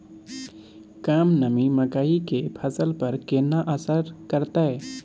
कम नमी मकई के फसल पर केना असर करतय?